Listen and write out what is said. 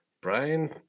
Brian